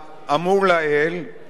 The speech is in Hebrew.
הממשלה תומכת